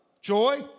joy